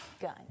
Gun